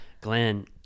Glenn